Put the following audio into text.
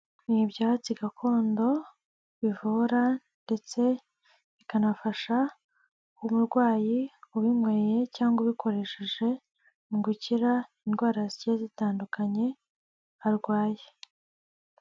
Ni ibyatsi gakondo bivura ndetse bikanafasha umurwayi ubinyweye cyangwa ubikoresheje mu gukira indwara ziye zitandukanye arwaye.